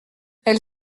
elle